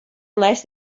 unless